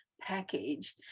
package